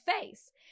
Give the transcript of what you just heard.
face